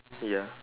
ya